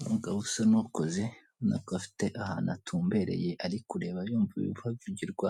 Umugabo usa n'ukuze nako afite ahantu atumbereye, ari kureba yumva ibihavugirwa,